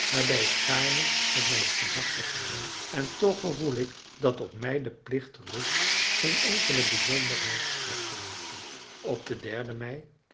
waarbij ik gaarne met mijn gedachten verwijl en toch gevoel ik dat op mij de plicht rust geen enkele bijzonderheid weg te laten op den den mei